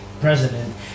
president